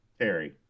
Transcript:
Terry